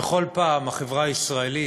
בכל פעם החברה הישראלית,